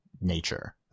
nature –